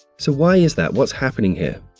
so, why is that? what's happening here?